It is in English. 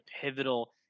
pivotal